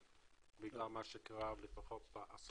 נמוך בגלל מה שקרה לפחות בעשור האחרון.